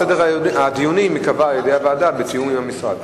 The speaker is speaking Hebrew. סדר הדיונים ייקבע על-ידי הוועדה בתיאום עם המשרד.